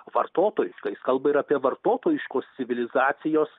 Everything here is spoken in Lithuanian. vartotojus kai jis kalba apie vartotojiškos civilizacijos